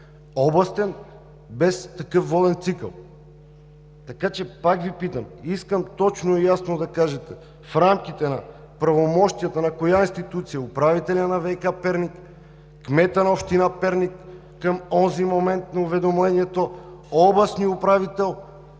областен град без такъв воден цикъл. Пак Ви питам и искам ясно да кажете: в рамките на правомощията на коя институция – управителят на ВиК – Перник, кметът на община Перник към онзи момент на уведомлението, областният управител